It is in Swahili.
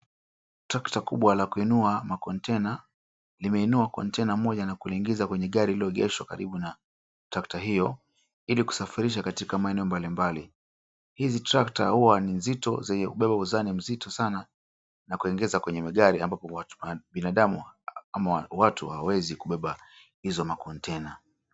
Tractor kubwa la kuinua makontaina limeinua container moja na kuliingiza kwenye gari lililoegeshwa karibu na tractor hio ili kusafirisha katika maeneo mbalimbali. Hizi tractor huwa ni nzito zenye kubeba uzani mzito sana na kuyaingiza kwenye magari ambapo binadamu ama watu hawawezi kubeba hizo makontaina.